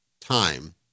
time